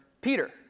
Peter